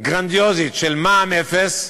גרנדיוזית של מע"מ אפס,